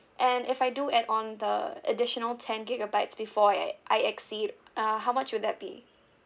and if I do add on the additional ten gigabytes before I I exceed uh how much would that be